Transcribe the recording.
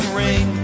ring